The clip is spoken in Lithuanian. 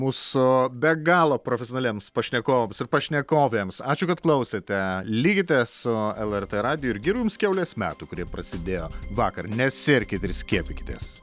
mūsų be galo profesionaliems pašnekovams ir pašnekovėms ačiū kad klausėte likite su lrt radiju ir gerų jums kiaulės metų kurie prasidėjo vakar nesirkit ir skiepykitės